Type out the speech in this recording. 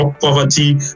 poverty